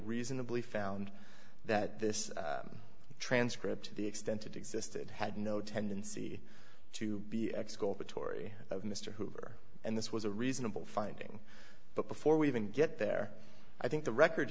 reasonably found that this transcript to the extent it existed had no tendency to be exculpatory of mr hoover and this was a reasonable finding but before we even get there i think the record